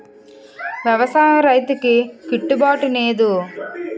వ్యవసాయం రైతుకి గిట్టు బాటునేదు